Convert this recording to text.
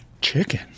Chicken